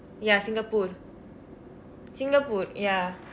ya Singapore Singapore singkapuur ya